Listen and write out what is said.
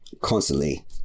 constantly